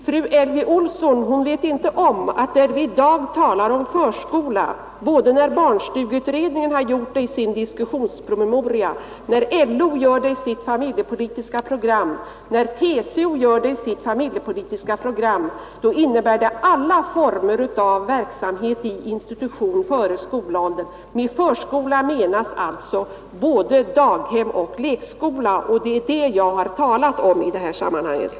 Fru Elvy Olsson vet inte om att när barnstugeutredningen i sin diskussionspromemoria talar om förskola, när LO och TCO gör det i sina familjepolitiska program, då innebär detta alla former av verksamhet i institution före skolåldern. Med förskola menas alltså både daghem och lekskola. Det är detta jag talat om i det här sammanhanget.